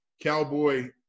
cowboy